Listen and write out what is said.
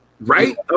Right